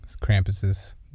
Krampus's